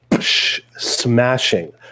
smashing